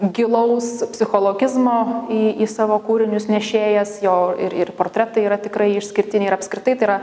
gilaus psichologizmo į į savo kūrinius nešėjas jo ir ir portretai yra tikrai išskirtiniai ir apskritai tai yra